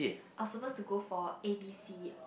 I was supposed to go for A_B_C